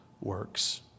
works